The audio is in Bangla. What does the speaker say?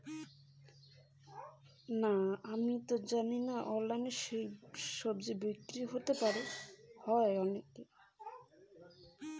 অনলাইনে স্বজি বিক্রি?